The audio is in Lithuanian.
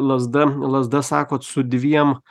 lazda lazda sakot su dviem